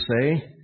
say